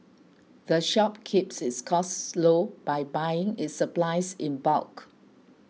the shop keeps its costs low by buying its supplies in bulk